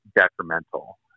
detrimental